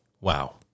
Wow